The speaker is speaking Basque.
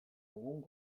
dugun